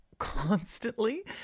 constantly